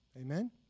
Amen